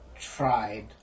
tried